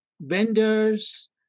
vendors